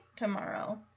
tomorrow